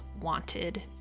wanted